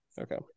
Okay